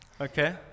okay